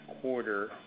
quarter